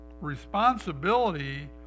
responsibility